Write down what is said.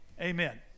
Amen